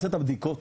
הבדיקות,